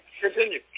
Continue